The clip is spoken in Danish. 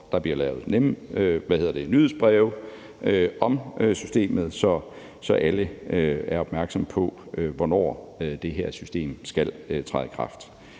Der bliver lavet nyhedsbreve om systemet, så alle er opmærksomme på, hvornår det her system skal træde i kraft.